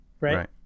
Right